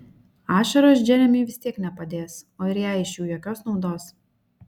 ašaros džeremiui vis tiek nepadės o ir jai iš jų jokios naudos